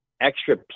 extra